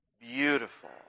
beautiful